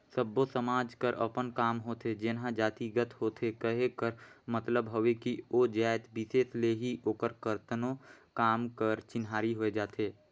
सब्बो समाज कर अपन काम होथे जेनहा जातिगत होथे कहे कर मतलब हवे कि ओ जाएत बिसेस ले ही ओकर करतनो काम कर चिन्हारी होए जाथे